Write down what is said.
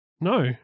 No